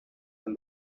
and